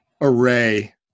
array